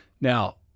Now